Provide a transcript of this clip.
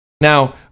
Now